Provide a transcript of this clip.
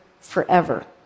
forever